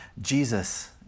Jesus